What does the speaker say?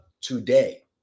today